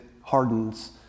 hardens